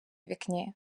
вікні